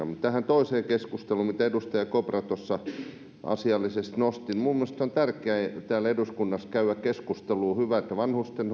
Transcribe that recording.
mutta tähän toiseen keskusteluun mitä edustaja kopra tuossa asiallisesti nosti niin minun mielestäni on tärkeää täällä eduskunnassa käydä keskustelua hyvä että vanhusten